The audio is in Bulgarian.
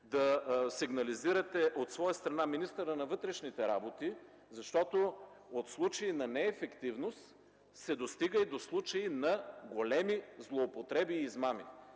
да сигнализирате от своя страна министъра на вътрешните работи, защото от случаи на неефективност се достига и до случаи на големи злоупотреби и измами.